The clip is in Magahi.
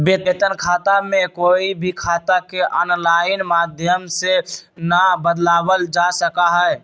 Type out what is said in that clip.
वेतन खाता में कोई भी खाता के आनलाइन माधम से ना बदलावल जा सका हई